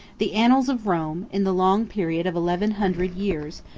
the annals of rome, in the long period of eleven hundred years,